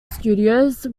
studios